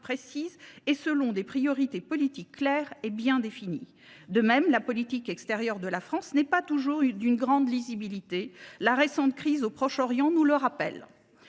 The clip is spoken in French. précises et selon des priorités politiques claires et bien définies. De même, la politique extérieure de la France n’est pas toujours d’une grande lisibilité, la récente crise au Proche Orient nous le rappelle.